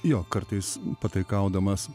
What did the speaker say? jo kartais pataikaudamas